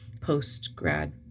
post-grad